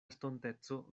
estonteco